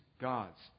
God's